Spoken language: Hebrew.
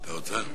אני אצלצל.